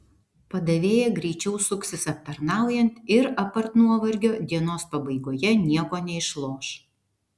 padavėja greičiau suksis aptarnaujant ir apart nuovargio dienos pabaigoje nieko neišloš